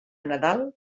nadal